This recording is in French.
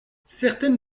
certaines